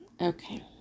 Okay